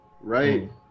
right